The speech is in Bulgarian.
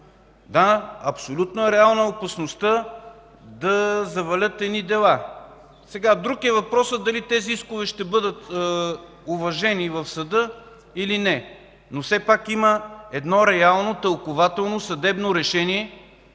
Да, абсолютно реална е опасността да завалят дела. Друг е въпросът дали тези искове ще бъдат уважени в съда, или не. Все пак има едно реално, тълкувателно съдебно решение,